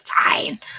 fine